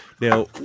Now